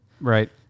Right